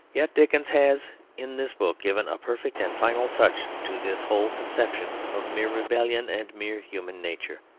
yet dickens has in this book given a perfect and final touch to this whole conception of mere rebellion and mere human nature.